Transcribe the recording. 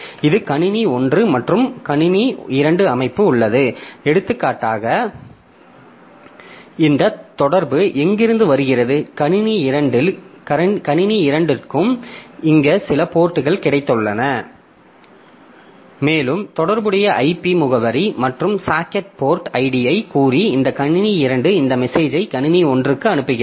இது கணினி 1 மற்றும் மற்றொரு கணினி 2 அமைப்பு உள்ளது எடுத்துக்காட்டாக இந்த தொடர்பு எங்கிருந்து வருகிறது கணினி 2 a க்கும் இங்கு சில போர்ட்கள் கிடைத்துள்ளன மேலும் தொடர்புடைய IP முகவரி மற்றும் சாக்கெட் போர்ட் ஐடியைக் கூறி இந்த கணினி 2 இந்த மெசேஜை கணினி 1 க்கு அனுப்புகிறது